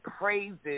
praises